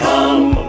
Come